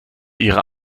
ihrer